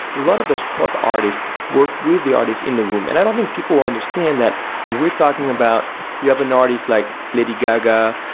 lot of those pop artists work with the artists in the room, and i don't think people understand that we're talking about you have an artist like lady gaga,